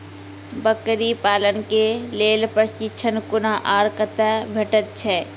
बकरी पालन के लेल प्रशिक्षण कूना आर कते भेटैत छै?